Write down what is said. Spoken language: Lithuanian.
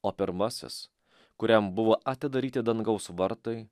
o pirmasis kuriam buvo atidaryti dangaus vartai